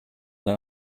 then